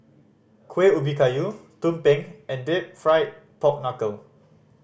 Kueh Ubi Kayu tumpeng and Deep Fried Pork Knuckle